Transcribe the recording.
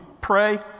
pray